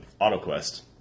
AutoQuest